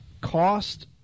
cost